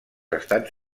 estats